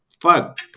fuck